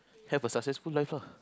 have a successful life lah